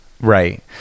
Right